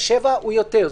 7 הוא יותר.